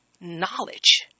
knowledge